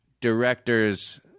Directors